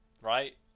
Right